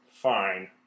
Fine